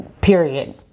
Period